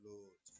Lord